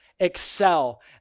Excel